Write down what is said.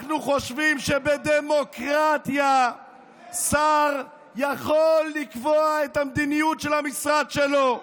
ואנחנו חושבים שבדמוקרטיה שר יכול לקבוע את המדיניות של המשרד שלו.